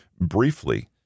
briefly